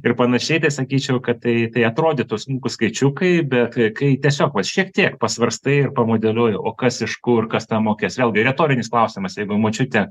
ir panašiai tai sakyčiau kad tai tai atrodytų smulkūs skaičiukai bet e kai tiesiog vat šiek tiek pasvarstai ir pamodeliuoji o kas iš kur kas tą mokės vėlgi retorinis klausimas jeigu močiutė